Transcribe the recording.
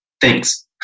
Thanks